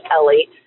Ellie